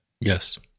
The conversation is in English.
Yes